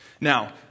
Now